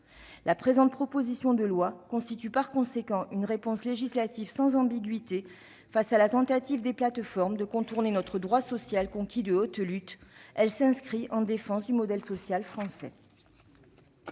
La présente proposition de loi constitue par conséquent une réponse législative sans ambiguïté face à la tentative des plateformes de contourner notre droit social conquis de haute lutte. Elle s'inscrit en défense du modèle social français.